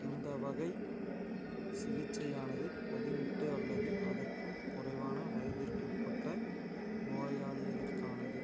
இந்த வகை சிகிச்சையானது பதினெட்டு அல்லது அதற்கும் குறைவான வயதிற்குட்பட்ட நோயாளிகளுக்கானது